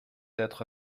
être